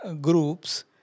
groups